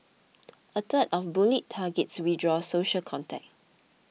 a third of bullied targets withdrew social contact